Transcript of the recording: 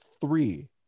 three